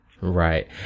Right